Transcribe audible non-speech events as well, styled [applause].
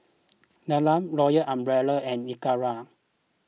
[noise] Dilmah Royal Umbrella and Akira